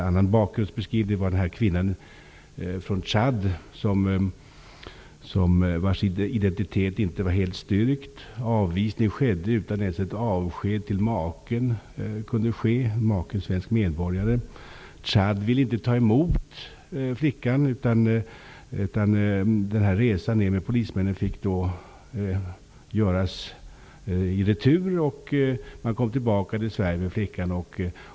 Det gäller en kvinna från Chad, vars identitet inte var helt styrkt. Avvisning skedde utan att hon ens fick ta avsked av maken. Maken är svensk medborgare. I Chad ville man inte ta emot kvinnan. Resan ner med polismännen fick göras i retur. Man kom tillbaka med kvinnan till Sverige.